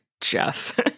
Jeff